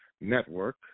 Network